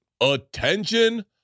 Attention